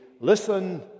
listen